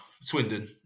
Swindon